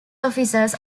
offices